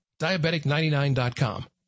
Diabetic99.com